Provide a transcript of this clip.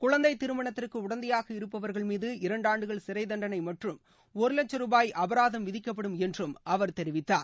குழந்தை திருமணத்திற்கு உடந்தையாக இருப்பவர்கள் மீது இரண்டாண்டுகள் சிறை தண்டனை மட்டும் ஒரு லட்சம் ரூபாய் அபராதம் விதிக்கப்படும் என்றும் அவர் தெரிவித்தார்